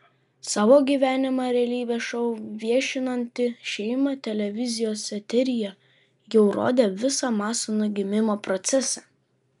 savo gyvenimą realybės šou viešinanti šeima televizijos eteryje jau rodė visą masono gimimo procesą